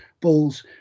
balls